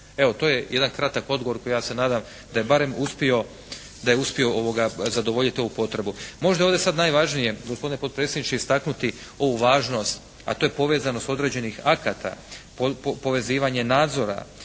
Evo to je jedan kratak odgovor koji ja se nadam da je barem uspio, da je uspio zadovoljiti ovu potrebu. Možda je ovdje sad najvažnije gospodine potpredsjedniče istaknuti ovu važnost a to je povezanost određenih akata, povezivanje nadzora